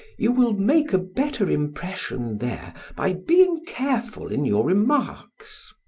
you will make a better impression there by being careful in your remarks.